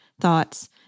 thoughts